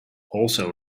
also